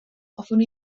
hoffwn